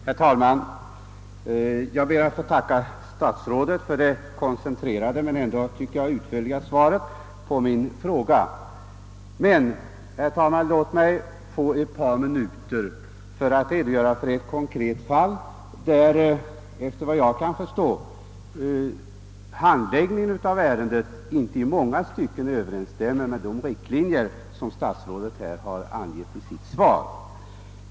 Herr talman! Jag ber att få tacka statsrådet för det koncentrerade men enligt min mening ändå utförliga svaret på min fråga. Låt mig emellertid, herr talman, få ett par minuter för att redogöra för ett konkret fall där, efter vad jag kan förstå, handläggningen av ärendet i många stycken inte överensstämmer med de riktlinjer som statsrådet här har angett i sitt svar.